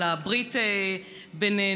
על הברית בינינו.